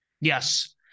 Yes